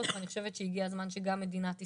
ואני חושבת שהגיע הזמן שגם מדינת ישראל,